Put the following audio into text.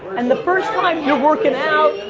and the first time you're working out,